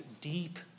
deep